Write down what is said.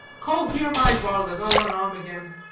call here my varlet i'll unarm again.